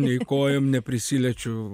nei kojom neprisiliečiu